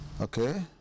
okay